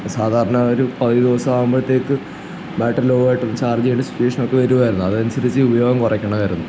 സാധാരണ ഒരു പകുതി ദിവസാവുമ്പോഴത്തേക്ക് ബാറ്ററി ലോവായിട്ട് ചാർജ്ജ് ചെയ്യേണ്ട സിറ്റുവേഷനൊക്കെ വരുമായിരുന്നു അതനുസരിച്ച് ഉപയോഗം കുറക്കണമായിരുന്നു